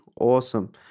Awesome